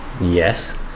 Yes